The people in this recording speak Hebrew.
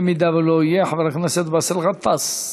אם לא יהיה חבר הכנסת באסל גטאס.